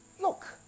look